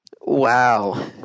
Wow